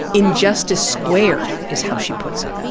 injustice squared, is how she puts it.